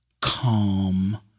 calm